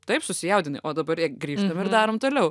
taip susijaudinai o dabar e grįžtam ir darom toliau